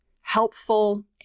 helpful